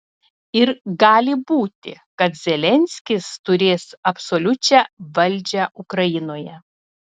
ir gali būti kad zelenskis turės absoliučią valdžią ukrainoje